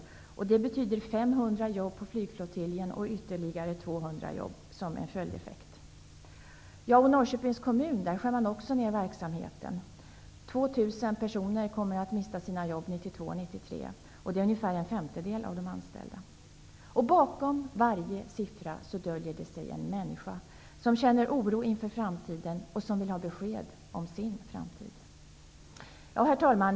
Det betyder ett bortfall av 500 jobb på flottiljen och ytterligare 200 jobb som följdeffekt. Norrköpings kommun kommer också att skära ner verksamheten. 2 000 anställda kommer att mista sina jobb 1992-1993. Det är ungefär en femtedel av de anställda. Bakom varje siffra döljer sig en människa, som känner oro inför sin framtid och som vill ha besked om sin framtid. Herr talman!